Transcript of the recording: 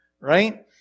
right